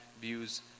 views